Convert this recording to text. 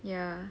ya